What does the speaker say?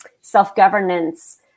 self-governance